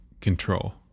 control